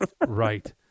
Right